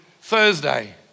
Thursday